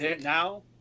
now